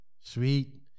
Sweet